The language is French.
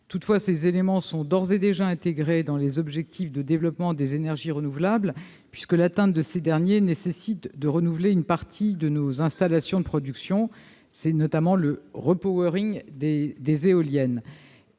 Toutefois, ces éléments sont d'ores et déjà intégrés dans les objectifs de développement des énergies renouvelables, puisque l'atteinte de ces derniers nécessite de renouveler une partie de nos installations de production. Je pense notamment au des éoliennes.